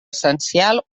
essencial